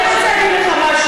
אני רוצה להגיד לך,